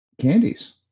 candies